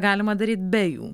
galima daryt be jų